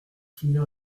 finir